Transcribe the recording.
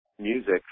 music